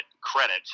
credit